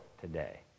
today